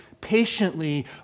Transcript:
patiently